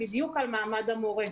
על מעמד המורה,